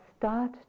start